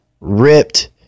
ripped